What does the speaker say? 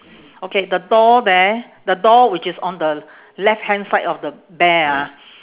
okay the door there the door which is on the left hand side of the bear ah